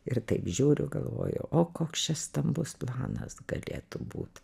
ir taip žiūriu galvoju o koks čia stambus planas galėtų būt